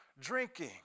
drinking